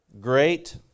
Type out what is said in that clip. great